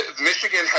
Michigan